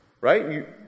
right